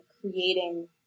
creating